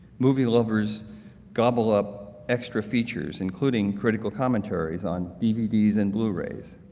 movie lovers gobble up extra features including critical commentaries on dvds and blu-rays.